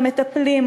המטפלים,